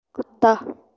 ਕੁੱਤਾ